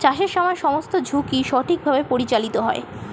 চাষের সময় সমস্ত ঝুঁকি সঠিকভাবে পরিচালিত হয়